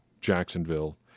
Jacksonville